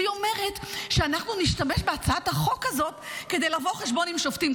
היא אומרת שאנחנו נשתמש בהצעת החוק הזאת כדי לבוא חשבון עם שופטים.